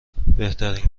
بهترین